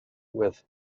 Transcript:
with